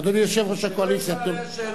אדוני יושב-ראש הקואליציה,